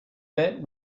bit